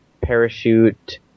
parachute